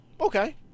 Okay